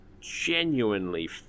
Genuinely